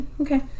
Okay